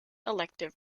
elective